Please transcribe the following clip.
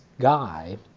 guy